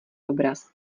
obraz